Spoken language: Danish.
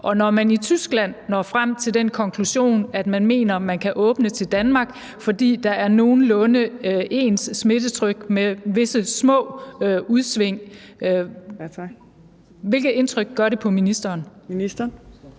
når man i Tyskland når frem til den konklusion, at man mener, man kan åbne til Danmark, fordi der er nogenlunde ens smittetryk med visse små udsving, hvilket indtryk gør det så på ministeren?